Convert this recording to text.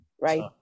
Right